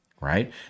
right